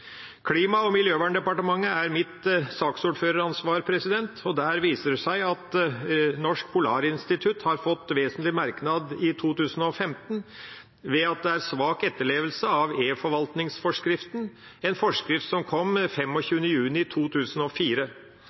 Klima- og miljødepartementet er mitt ordføreransvar. Det viser seg at Norsk Polarinstitutt har fått en vesentlig merknad i 2015 ved at det er svak etterlevelse av eForvaltningsforskriften, en forskrift som kom 25. juni 2004.